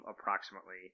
approximately